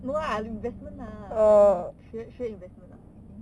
no lah investment lah 学 investment lah I think